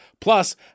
Plus